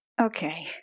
Okay